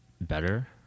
better